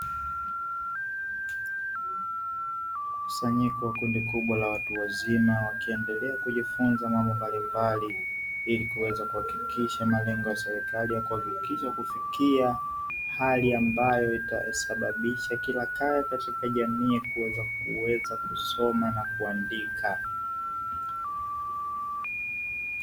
Kusanyiko la kundi kubwa la watu wazima wakiendelea kujifunza mambo mbalimbali ili kuweza kuhakikisha malengo ya serikali ya kuhakikisha kufikia hali ambayo itasababisha kila kaya katika jamii kuweza kusoma na kuandika.